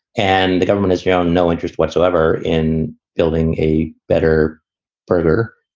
and the government has shown no interest whatsoever in building a better burger.